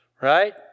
right